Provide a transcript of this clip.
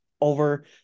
over